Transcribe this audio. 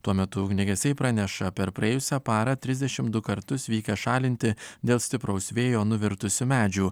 tuo metu ugniagesiai praneša per praėjusią parą trisdešimt du kartus vykę šalinti dėl stipraus vėjo nuvirtusių medžių